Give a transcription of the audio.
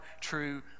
true